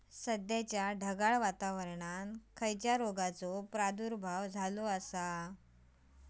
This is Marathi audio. सध्याच्या ढगाळ वातावरणान कसल्या रोगाचो प्रादुर्भाव होता?